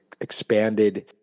expanded